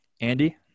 Andy